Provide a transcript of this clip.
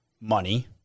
money